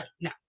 no